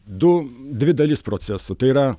du dvi dalis proceso tai yra